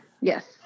Yes